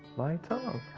lights on